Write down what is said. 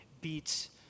beats